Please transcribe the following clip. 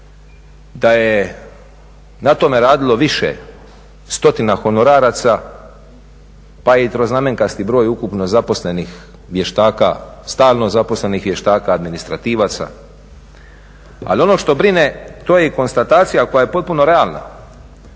da je na tome radilo više stotina honoraraca pa i troznamenkasti broj ukupno zaposlenih vještaka, stalno zaposlenih vještaka, administrativaca. Ali ono što brine, to je i konstatacija koja je potpuno realna